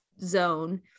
zone